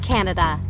Canada